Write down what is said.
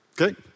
Okay